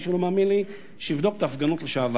מי שלא מאמין לי שיבדוק את ההפגנות בעבר.